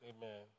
Amen